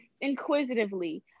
Inquisitively